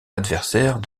adversaire